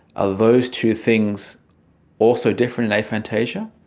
ah those two things also different in aphantasia,